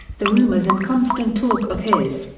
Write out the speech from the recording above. the rumors and constant talk of his,